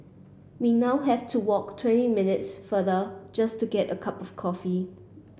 we now have to walk twenty minutes farther just to get a cup of coffee